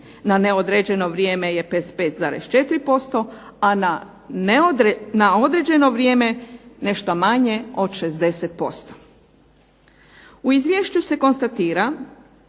na neodređeno vrijeme je 55,4%, a na određeno vrijeme nešto manje od 60%. U Izvješću se konstatira